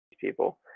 people